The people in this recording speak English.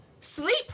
sleep